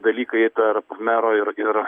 dalykai tarp mero ir ir